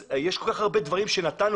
יש כל כך הרבה דברים שנתנו.